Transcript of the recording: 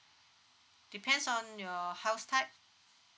depends on your house type